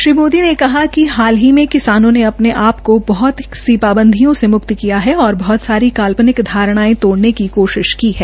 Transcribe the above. श्री मोदी ने कहा कि हाल ही मे किसानों ने अपने आप को बहत सी पाबिंदयों से मुक्त किया है और बहत सारी काल्पनिक धारणायें तोड़ने की कोशिश की है